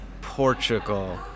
Portugal